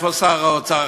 איפה שר האוצר?